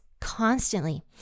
constantly